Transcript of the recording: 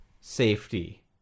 safety